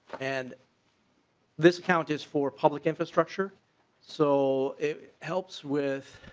and this count is for public infrastructure so it helps with.